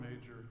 major